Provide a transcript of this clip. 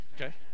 okay